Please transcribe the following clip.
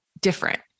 different